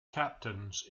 captains